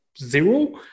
zero